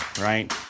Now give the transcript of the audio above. right